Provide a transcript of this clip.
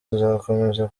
tuzakomeza